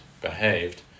behaved